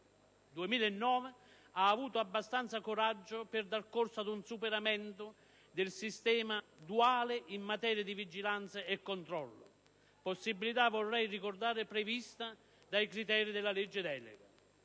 del 2009 hanno avuto abbastanza coraggio per dar corso ad un superamento del sistema duale in materia di vigilanza e controllo; possibilità - vorrei ricordare - prevista dai criteri della legge delega.